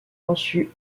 conçues